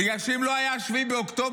בגלל שאם לא היה 7 באוקטובר,